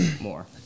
more